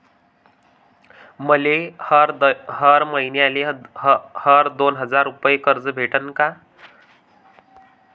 मले हर मईन्याले हर दोन हजार रुपये कर्ज भेटन का?